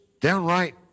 downright